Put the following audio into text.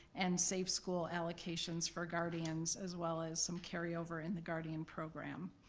and safe school allocations for guardians as well as some carryover in the guardian program.